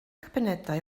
gwpaneidiau